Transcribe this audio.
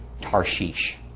Tarshish